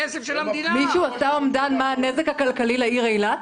מישהו עשה אומדן מה הנזק הכלכלי לעיר אילת?